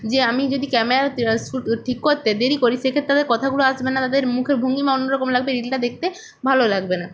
যে আমি যদি ক্যামেরাতে শুট ঠিক করতে দেরি করি সেক্ষেত্রে তাদের কথাগুলো আসবে না তাদের মুখের ভঙ্গিমা অন্য রকম লাগবে রিলটা দেখতে ভালো লাগবে না